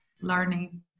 learning